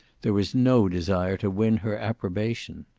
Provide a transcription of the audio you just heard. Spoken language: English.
there was no desire to win her approbation.